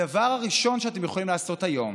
הדבר הראשון שאתם יכולים לעשות היום,